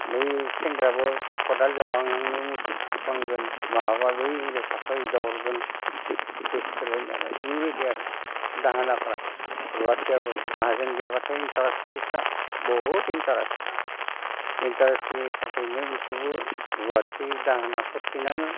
बै सेंग्रायाबो खदाल जावहांनायावनो मुसुरफ्लांगोन माबा बै हिनजावसाखौ एदावहरगोन गोसो थोलायनायालाय बिबायदि आरो दाहोनाफ्रा रुवाथियाबो माहाजोन गैयाब्लाथाय इन्ट्रेस्ट बिस्रा बुहुद इन्ट्रेस्ट इन्ट्रेस्टनि थाखायनो बिसोरबो रुवाथि दाहोना फुरथि नाङो